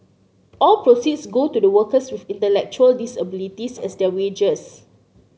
all proceeds go to the workers with intellectual disabilities as their wages